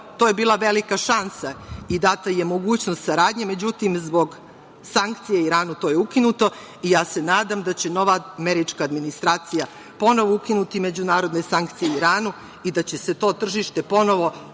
To je bila velika šansa i data je mogućnost saradnje. Međutim, zbog sankcije Iranu, to je ukinuto i ja se nadam da će nova američka administracija ponovo ukinuti međunarodne sankcije Iranu i da će se to tržište ponovo otvoriti